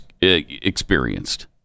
experienced